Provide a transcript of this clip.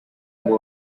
ngo